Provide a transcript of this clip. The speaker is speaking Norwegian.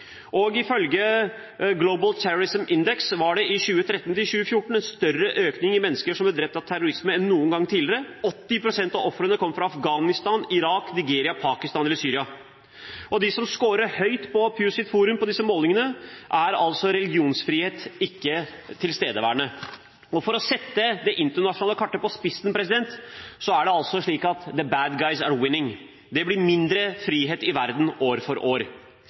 Ifølge Global Terrorism Index var det i 2013–2014 en større økning i antallet mennesker som ble drept av terrorisme, enn noen gang tidligere. 80 pst. av ofrene kom fra Afghanistan, Irak, Nigeria, Pakistan eller Syria. Blant dem som skårer høyt på Pews forum på disse målingene, er religionsfrihet ikke tilstedeværende. For å sette det på spissen: På det internasjonale kartet er det slik at «the bad guys are winning». Det blir mindre frihet i verden år for år.